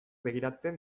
begiratzen